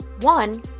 One